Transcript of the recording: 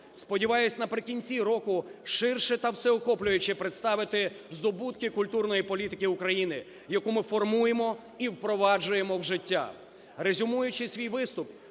Сподіваюсь, наприкінці року ширше та всеохоплююче представити здобутки культурної політики України, яку ми формуємо і впроваджуємо в життя.